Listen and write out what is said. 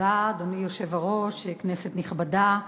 אדוני היושב-ראש, תודה, כנסת נכבדה,